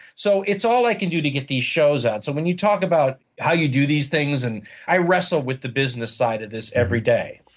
so it's all i can do to get these shows out. so when you talk about how you do these things, and i wrestle with the business side of this every day,